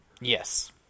Yes